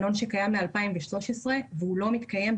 מקרה כזה של הפרעה לרשת סלולרית הוא לא בהכרח נופל